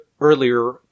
earlier